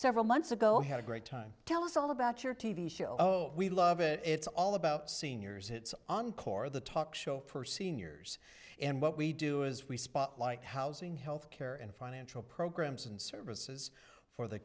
several months ago had a great time tell us all about your t v show we love it it's all about seniors it's encore the talk show for seniors and what we do is we spotlight housing health care and financial programs and services for the